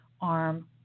arm